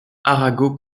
arago